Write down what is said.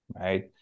right